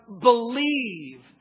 believe